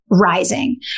rising